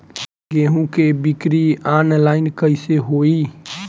गेहूं के बिक्री आनलाइन कइसे होई?